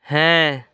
ᱦᱮᱸ